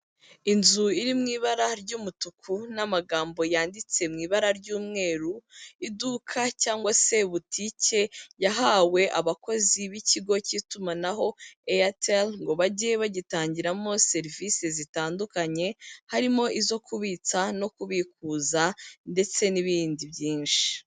Inzu iri mu ibara ry'umutuku n'amagambo yanditse mu ibara ry'umweru, iduka cyangwa se butike yahawe abakozi b'ikigo cy'itumanaho Airtel ngo bajye bagitangiramo serivisi zitandukanye, harimo izo kubitsa no kubikuza ndetse n'ibindi byinshi.